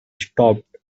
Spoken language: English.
stopped